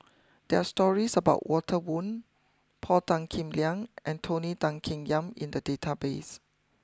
there are stories about Walter Woon Paul Tan Kim Liang and Tony Tan Keng Yam in the database